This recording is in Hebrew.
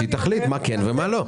שתחליט מה כן ומה לא.